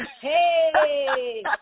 hey